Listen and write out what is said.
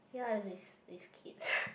ya with with kids